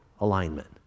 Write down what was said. alignment